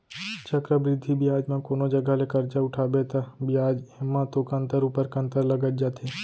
चक्रबृद्धि बियाज म कोनो जघा ले करजा उठाबे ता बियाज एमा तो कंतर ऊपर कंतर लगत जाथे